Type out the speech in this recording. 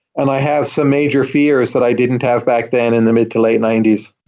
and i have some major fears that i didn't have back then in the mid to late ninety s.